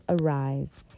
arise